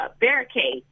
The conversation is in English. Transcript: barricade